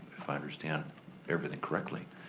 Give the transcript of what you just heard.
if i understand everything correctly.